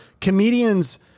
comedians